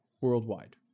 Worldwide